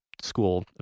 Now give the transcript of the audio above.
school